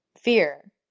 Fear